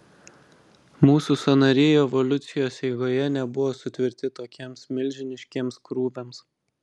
mūsų sąnariai evoliucijos eigoje nebuvo sutverti tokiems milžiniškiems krūviams